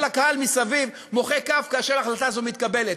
כל הקהל מסביב מוחא כף כאשר ההחלטה הזאת מתקבלת.